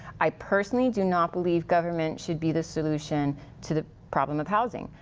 i personally do not believe government should be the solution to the problem of housing.